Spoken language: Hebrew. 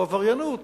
או עבריינות